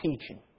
teaching